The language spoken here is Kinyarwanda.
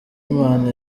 imana